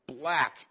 Black